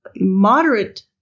moderate